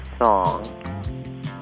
song